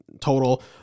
total